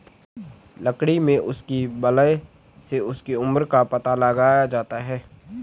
लकड़ी में उसकी वलय से उसकी उम्र का पता लगाया जाता है